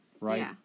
Right